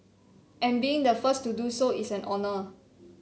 and being the first to do so is an honour